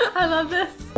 i love this.